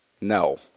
No